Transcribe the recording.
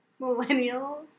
millennial